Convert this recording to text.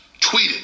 tweeted